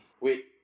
wait